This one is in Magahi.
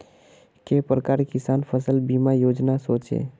के प्रकार किसान फसल बीमा योजना सोचें?